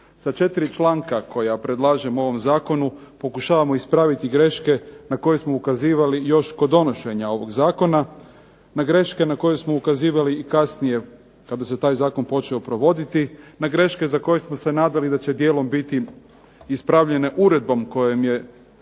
Sa 4 članka koja predlažemo u ovom zakonu pokušavamo ispraviti greške na koje smo ukazivali još kod donošenja ovog zakona, na greške na koje smo ukazivali i kasnije kada se taj zakon počeo provoditi, na greške za koje smo se nadali da će dijelom biti ispravljene uredbom kojom je